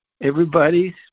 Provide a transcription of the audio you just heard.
everybody's